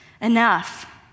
enough